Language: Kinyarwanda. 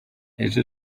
ejo